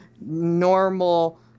normal